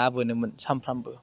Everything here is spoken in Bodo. ना बोनोमोन सामफ्रामबो